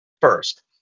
First